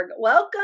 Welcome